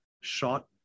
shot